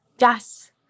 Yes